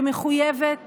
שמחויבת